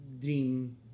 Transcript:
dream